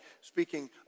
Speaking